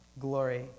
glory